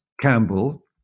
Campbell